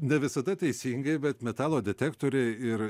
ne visada teisingai bet metalo detektoriai ir